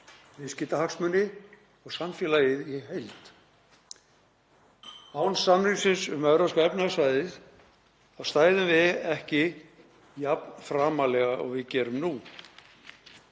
viðskiptahagsmuni og samfélagið í heild. Án samningsins um Evrópska efnahagssvæðið stæðum við ekki jafn framarlega og við gerum nú.